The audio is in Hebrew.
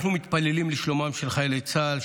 אנחנו מתפללים לשלומם של חיילי צה"ל,